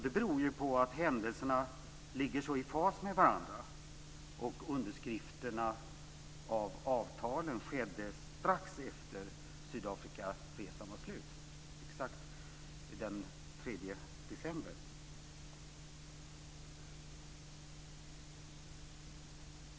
Det beror på att händelserna ligger så i fas med varandra. Underskrifterna av avtalen skedde strax efter det att Sydafrikaresan var slut. Det var exakt den 3 december.